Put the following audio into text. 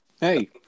Hey